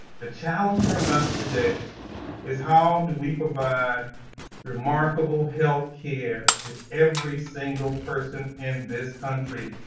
the challenge for us today is how do we provide remarkable healthcare to every single person in this country?